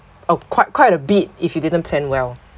oh quite quite a bit if you didn't plan well